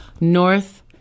north